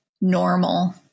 normal